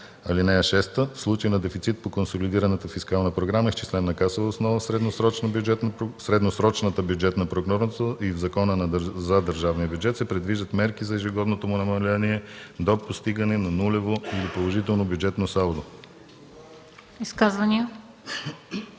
ал. 2. (6) В случай на дефицит по консолидираната фискална програма, изчислен на касова основа, в средносрочната бюджетна прогноза и в Закона за държавния бюджет се предвиждат мерки за ежегодното му намаление до постигане на нулево или положително бюджетно салдо.”